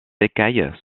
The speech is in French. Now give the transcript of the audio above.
écailles